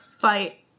Fight